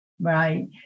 right